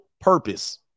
purpose